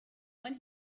when